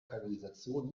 kanalisation